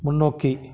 முன்னோக்கி